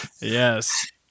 Yes